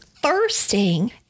thirsting